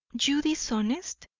you dishonest?